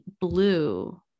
blue